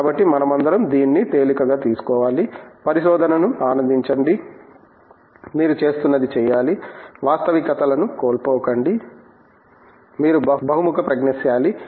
కాబట్టి మనమందరం దీన్ని తేలికగా తీసుకోవాలి పరిశోధనను ఆనందించండి మీరు చేస్తున్నది చేయాలి వాస్తవికతలను కోల్పోకండి మీరు బహుముఖ ప్రజ్ఞాశాలి